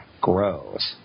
grows